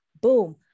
boom